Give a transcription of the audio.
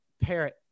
Parrot